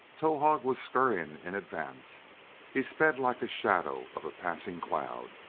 towahg was scurrying in advance he sped like a shadow of a passing cloud,